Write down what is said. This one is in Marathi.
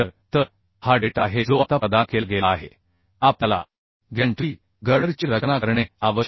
तर हा डेटा आहे जो आता प्रदान केला गेला आहे आपल्याला गॅन्ट्री गर्डरची रचना करणे आवश्यक आहे